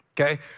Okay